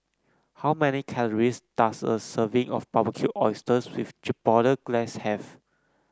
how many calories does a serving of Barbecued Oysters with Chipotle Glaze have